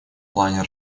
плане